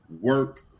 work